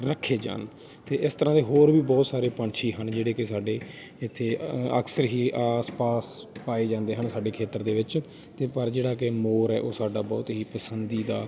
ਰੱਖੇ ਜਾਣ ਅਤੇ ਇਸ ਤਰ੍ਹਾਂ ਦੇ ਹੋਰ ਵੀ ਬਹੁਤ ਸਾਰੇ ਪੰਛੀ ਹਨ ਜਿਹੜੇ ਕਿ ਸਾਡੇ ਇੱਥੇ ਅਕਸਰ ਹੀ ਆਸ ਪਾਸ ਪਾਏ ਜਾਂਦੇ ਹਨ ਸਾਡੇ ਖੇਤਰ ਦੇ ਵਿੱਚ ਅਤੇ ਪਰ ਜਿਹੜਾ ਕਿ ਮੋਰ ਹੈ ਉਹ ਸਾਡਾ ਬਹੁਤ ਹੀ ਪਸੰਦੀਦਾ